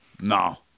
No